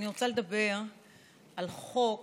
אני רוצה לדבר על חוק